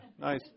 nice